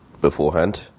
beforehand